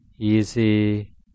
easy